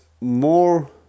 more